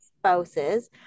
spouse's